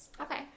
okay